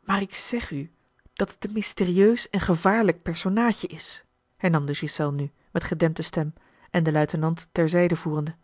maar ik zeg u dat het een mysterieus en gevaarlijk personaadje is hernam de ghiselles nu met gedempte stem en den luitenant ter zijde voerende